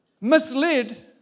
misled